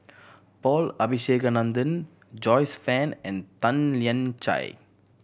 Paul Abisheganaden Joyce Fan and Tan Lian Chye